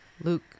luke